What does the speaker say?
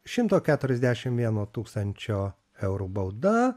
šimto keturiasdešim vieno tūkstančio eurų bauda